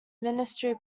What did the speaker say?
ministry